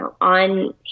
on